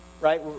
right